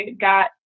got